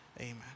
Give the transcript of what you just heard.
Amen